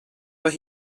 but